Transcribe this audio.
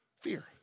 fear